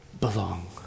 Belong